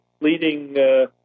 leading